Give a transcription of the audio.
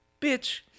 Bitch